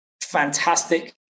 fantastic